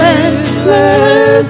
endless